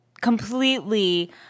completely